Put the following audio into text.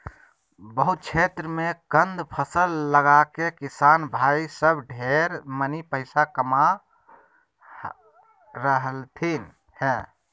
बहुत क्षेत्र मे कंद फसल लगाके किसान भाई सब ढेर मनी पैसा कमा रहलथिन हें